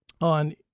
on